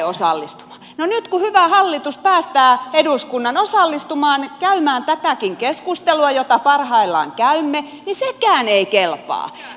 no nyt kun hyvä hallitus päästää eduskunnan osallistumaan käymään tätäkin keskustelua jota parhaillaan käymme niin sekään ei kelpaa